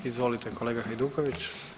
Izvolite kolega Hajduković.